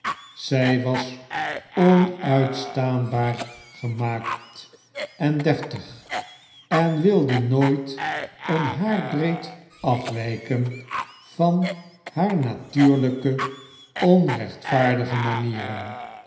zy was onuitstaanbaar gemaakt en deftig en wilde nooit een haar breed afwijken van haar natuurlpe onrechtvaardige manieren